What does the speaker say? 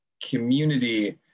community